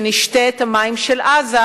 שנשתה את המים של עזה,